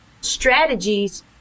strategies